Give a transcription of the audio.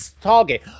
target